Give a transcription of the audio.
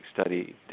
study